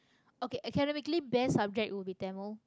okay academically best subject would be tamil